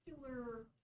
particular